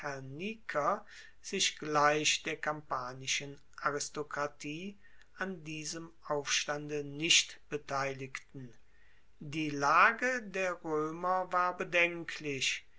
herniker sich gleich der kampanischen aristokratie an diesem aufstande nicht beteiligten die lage der roemer war bedenklich